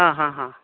हा हा हा